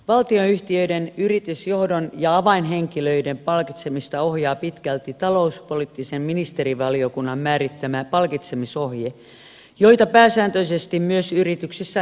valtionyhtiöiden yritysjohdon ja avainhenkilöiden palkitsemista ohjaa pitkälti talouspoliittisen ministerivaliokunnan määrittämä palkitsemisohje jota pääsääntöisesti myös yrityksissä noudatetaan